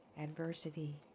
adversity